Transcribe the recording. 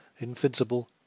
invincible